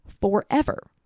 forever